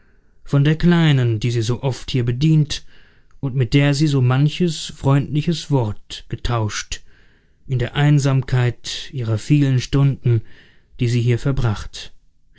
von der kleinen die sie so oft hier bedient und mit der sie so manches freundliche wort getauscht in der einsamkeit ihrer vielen stunden die sie hier verbracht